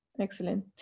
Excellent